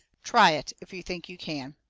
try it, if you think you can!